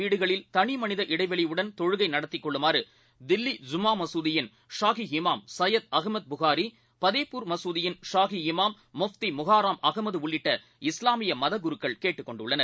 வீடுகளில் தனிமனித இடைவெளியுடன் தொழுகைநடத்திக் அவரவர் கொள்ளுமாறுதில்லி ஜும்மாமசூதியின் ஷாஹி இமாம் சையதுஅகமது புகாரி பதேப்பூர் மசூதியின் ஷாஹி இமாம் முப்திமுகாராம் அகமதுஉள்ளிட்ட இஸ்லாமியமதகுருக்கள் கேட்டுக் கொண்டுள்ளனர்